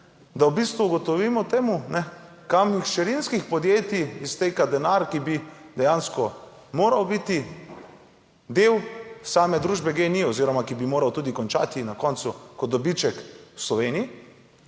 Da v bistvu ugotovimo temu ne kam hčerinskih podjetij izteka denar, ki bi dejansko moral biti del same družbe GEN-I oziroma ki bi moral tudi končati na koncu kot dobiček. v Sloveniji.